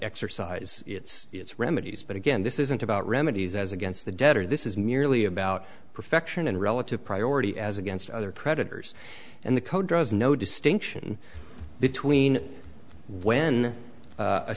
exercise its its remedies but again this isn't about remedies as against the debtor this is merely about perfection and relative priority as against other creditors and the code no distinction between when